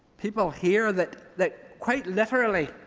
people here, that that quite literally,